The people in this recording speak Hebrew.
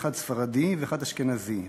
אחד ספרדי ואחד אשכנזי.